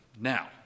Now